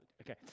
Okay